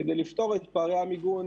אני רק רוצה לומר לפני שאתה מתחיל שכרגע,